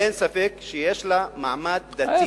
אין ספק שיש לה מעמד דתי.